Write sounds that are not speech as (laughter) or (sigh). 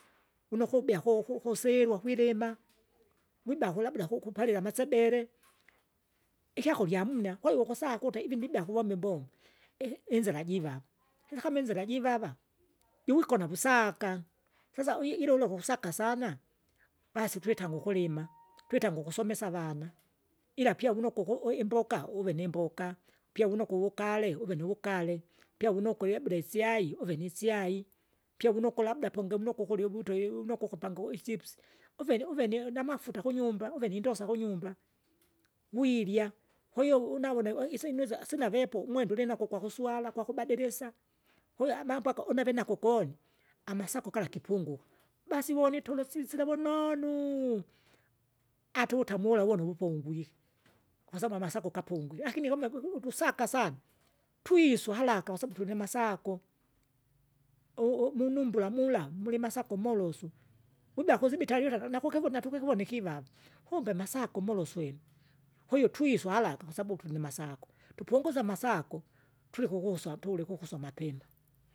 Uno ukubea kuku kusilwa kwilima, (noise) wiba kulabda kupalila amasebele. Ikyakurya amuna kwahiyo ukusa ukute ivi ndibea kuvomba imbombo, i- inzira jivava (noise) sasa kama inzira jivava, (noise) jiwikona wusaka, sasa wi- ilula uksaka sana, basi twitanga, (noise) ukulima, twitange ukusomesa avana, ila pya vunokuku u- imboka, uve nimboka, upye wuno kuvugale uve nuvugale, pyo wunukwe labda isyai, uve nisyai, pya wunuku labda pungi mnoko ukuryu uwito iu unoko ukupangui ichipsi, uveni uvenie namafuta kunyumba uve nindosa kunyumba. Wirya, kwahiyo unawune we isyinu isya sinavepo umwenda ulinako ukwakuswala gwakubadilisa, kwahiyo amambo aga unave nakukoni, amasako gala gipunguka, basi vonitolosi sisila vunonu, atu utamu wula wonu wopongwike. Kwasabu amasako gapungue lakini kama gweku utasaka asana, twiswa haraka kwasabu tulinamasako, u- umunumbula mula, mulimasako molosu. Wibea kusibitali uta nakukivune natukikivone kivava, kumbe masaku moloswele, kwahiyo twiswa haraka kwasabu tulinamasoko, tupunguze amasako, tuleke ukuswa tuleke ukuswa mapema.